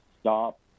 stop